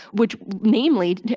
which namely,